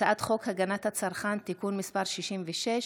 הצעת חוק הגנת הצרכן (תיקון מס' 66)